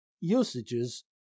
usages